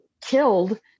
killed